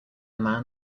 man